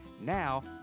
Now